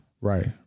Right